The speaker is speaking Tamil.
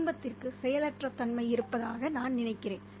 குடும்பத்திற்கு செயலற்ற தன்மை இருப்பதாக நான் நினைக்கிறேன்